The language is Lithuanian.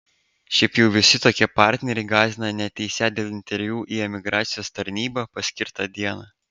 šiaip jau visi tokie partneriai gąsdina neateisią dėl interviu į emigracijos tarnybą paskirtą dieną